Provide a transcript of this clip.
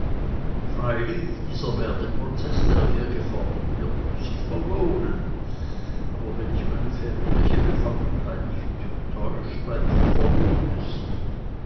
freilich dieser werdeprozeß der hier gefordert wird muß sich verlohnen aber wenn mich meine väterliche befangenheit nicht täuscht bei dir verlohnt es sich